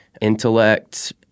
intellect